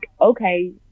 okay